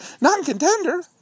Non-contender